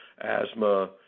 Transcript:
asthma